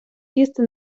з’їсти